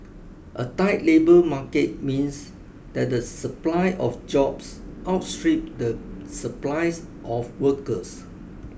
a tight labour market means that the supply of jobs outstrip the supplies of workers